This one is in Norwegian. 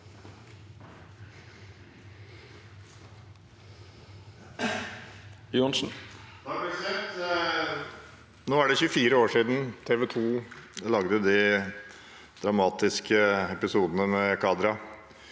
Nå er det 24 år siden TV 2 lagde de dramatiske episodene med Kadra